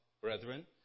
Brethren